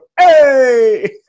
hey